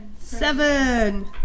Seven